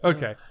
Okay